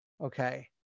Okay